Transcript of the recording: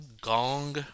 Gong